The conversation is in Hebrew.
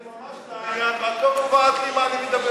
זה ממש לעניין, ואת לא קובעת לי מה אני מדבר.